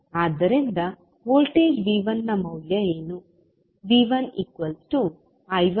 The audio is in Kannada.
ಆದ್ದರಿಂದ ವೋಲ್ಟೇಜ್ V1 ನ ಮೌಲ್ಯ ಏನು